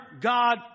God